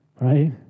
right